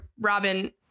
Robin